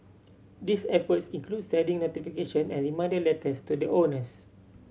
these efforts include sending notification and reminder letters to the owners